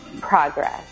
progress